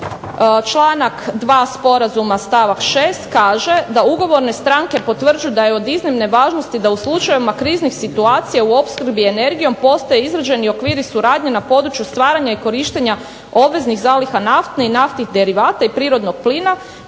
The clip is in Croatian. članak 2. Sporazuma stavak 6. kaže da ugovorne stranke potvrđuju da je od iznimne važnosti da u slučajevima kriznih situacija u opskrbi energijom postoje izrađeni okviri suradnje na području stvaranja i korištenja obveznih zaliha nafte i naftnih derivata i prirodnog plina